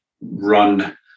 run